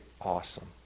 awesome